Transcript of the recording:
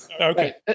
Okay